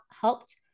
helped